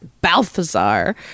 Balthazar